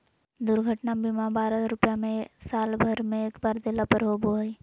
दुर्घटना बीमा बारह रुपया में साल भर में एक बार देला पर होबो हइ